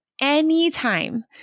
Anytime